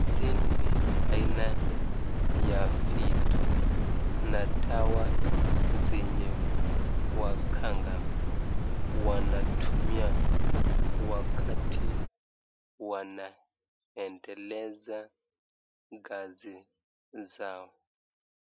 Hizi ni aina ya vitu, na tawa zenye waganga wanatumia wakati wanaendeleza na kazi zao.